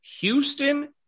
Houston